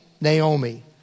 Naomi